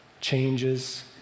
changes